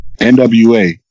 NWA